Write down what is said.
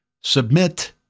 submit